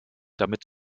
damit